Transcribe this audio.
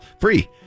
Free